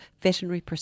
veterinary